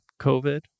COVID